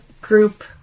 group